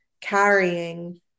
carrying